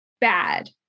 bad